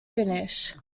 finish